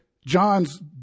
John's